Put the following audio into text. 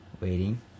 Waiting